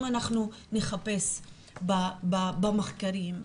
אם אנחנו נחפש במחקרים,